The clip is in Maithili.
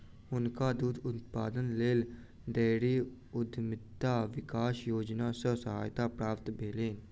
हुनका दूध उत्पादनक लेल डेयरी उद्यमिता विकास योजना सॅ सहायता प्राप्त भेलैन